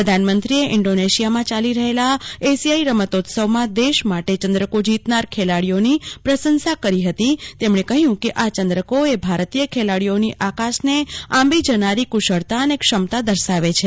પ્રધાનમંત્રીએ ઈન્ડોનેશિયામાં ચાલી રહેલા એશિયાઈ રમતોત્સવમાં દેશ માટે ચંદ્રકો જીતનાર ખેલાડીઓની પ્રશંસા કરી હતી તેમણે કહ્યું કે આ ચંદ્રકો એ ભારતીય ખેલાડીઓની આકાશને આંબી જનારી કુશળતા અને ક્ષમતા દર્શાવે છે